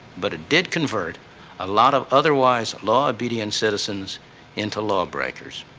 but it did convert a lot of otherwise law-obedient citizens into lawbreakers.